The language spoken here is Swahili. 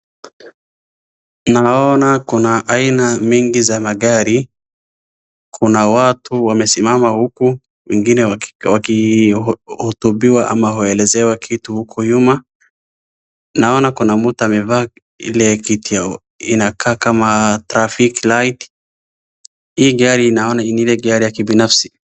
Tunaona kuna aina nyingi za magari. Kuna watu wamesimama huku. Wengine wakihutubiwa ama elezewa kitu huku nyuma. Naona kuna amevaa ile kitu inakaa kama traffic light . Hii gari naona ni ile gari ya kibinafsi.